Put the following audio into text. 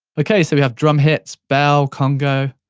okay, so we have drum hits, bell, conga,